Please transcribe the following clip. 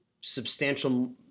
substantial